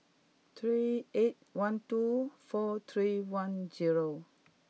three eight one two four three one zero